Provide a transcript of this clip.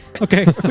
Okay